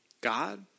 God